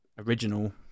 original